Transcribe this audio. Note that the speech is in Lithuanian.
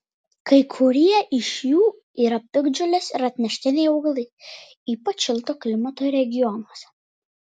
kai kurie iš jų yra piktžolės ir atneštiniai augalai ypač šilto klimato regionuose